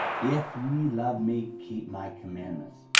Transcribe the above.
if ye love me, keep my commandments.